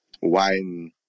wine